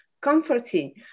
comforting